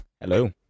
Hello